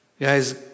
Guys